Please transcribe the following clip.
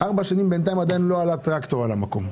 ארבע שנים והטרקטור לא עלה על המקום.